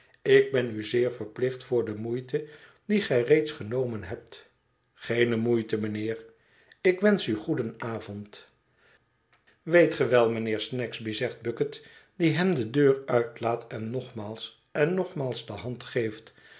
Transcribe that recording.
ik ben u zeer verplicht voor de moeite die gij reeds genomen hebt geene moeite mijnheer ik wensch u goeden avond weet ge wel mijnheer snagsby zegt bucket die hem de deur uitlaat en nogmaals en nogmaals de hand geeft